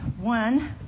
one